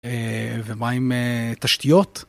ומה עם תשתיות?